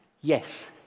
yes